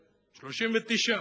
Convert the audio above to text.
39 סגנים ושרים.